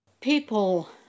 People